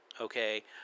okay